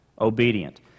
obedient